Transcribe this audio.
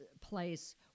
place